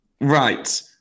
Right